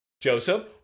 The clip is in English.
Joseph